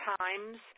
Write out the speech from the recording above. times